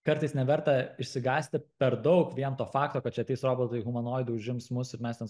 kartais neverta išsigąsti per daug vien to fakto kad čia ateis robotai humanoidai užims mus ir mes ten